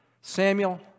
Samuel